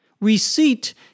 Receipt